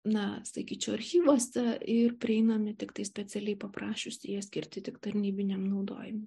na sakyčiau archyvuose ir prieinami tiktai specialiai paprašius jie skirti tik tarnybiniam naudojimui